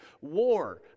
War